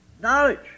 Knowledge